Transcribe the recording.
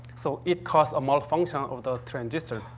so, it causes a malfunction of the transistor.